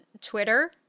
Twitter